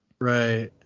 Right